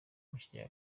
mukigega